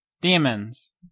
Demons